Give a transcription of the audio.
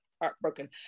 heartbroken